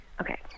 Okay